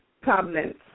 problems